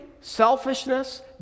selfishness